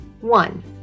One